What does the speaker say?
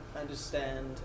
understand